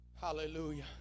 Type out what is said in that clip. Hallelujah